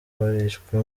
barishwe